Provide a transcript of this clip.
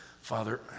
Father